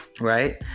right